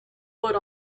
foot